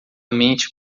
mente